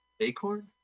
Acorn